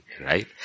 right